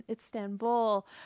Istanbul